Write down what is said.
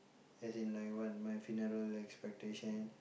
as in like what my funeral expectation